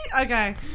Okay